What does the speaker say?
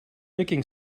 nicking